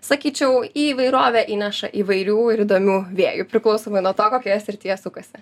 sakyčiau įvairovę įneša įvairių ir įdomių vėjų priklausomai nuo to kokioje srityje sukasi